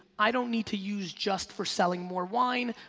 i don't need to use just for selling more wine.